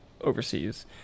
overseas